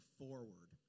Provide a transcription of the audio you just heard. forward